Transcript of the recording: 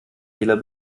fehler